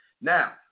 Now